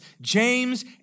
James